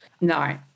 No